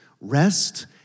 Rest